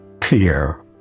clear